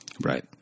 Right